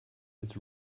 its